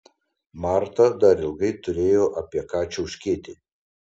marta dar ilgai turėjo apie ką čiauškėti